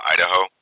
Idaho